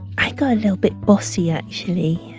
i got a little bit bossy, actually.